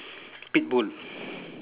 pit bull